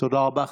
תודה רבה.